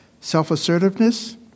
self-assertiveness